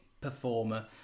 performer